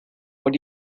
what